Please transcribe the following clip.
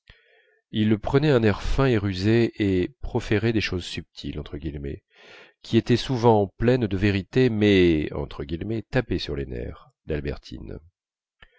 il prenait un air fin et rusé et proférait des choses subtiles qui étaient souvent pleines de vérité mais tapaient sur les nerfs d'albertine